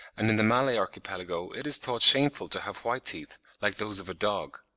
and in the malay archipelago it is thought shameful to have white teeth like those of a dog.